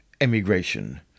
emigration